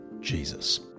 Jesus